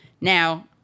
now